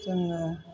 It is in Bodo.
जोङो